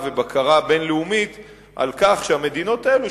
ובקרה בין-לאומית על כך שהמדינות האלה,